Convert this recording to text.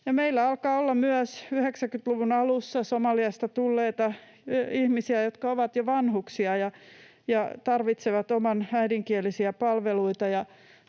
Meillä alkaa olla myös 90-luvun alussa Somaliasta tulleita ihmisiä, jotka ovat jo vanhuksia ja tarvitsevat omalla äidinkielellään palveluita.